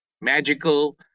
magical